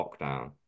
lockdown